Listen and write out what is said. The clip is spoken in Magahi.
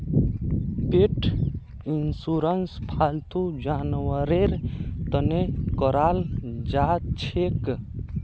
पेट इंशुरंस फालतू जानवरेर तने कराल जाछेक